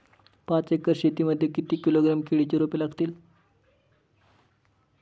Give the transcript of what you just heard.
पाच एकर शेती मध्ये किती किलोग्रॅम केळीची रोपे लागतील?